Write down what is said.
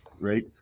right